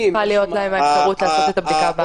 צריכה להיות להם האפשרות לעשות את הבדיקה.